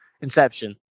Inception